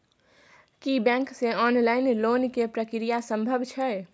की bank से online loan के प्रक्रिया संभव छै?